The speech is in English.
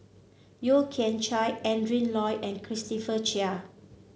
Yeo Kian Chye Adrin Loi and Christopher Chia